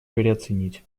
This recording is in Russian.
переоценить